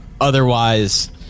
Otherwise